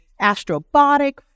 Astrobotic